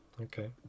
Okay